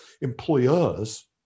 Employers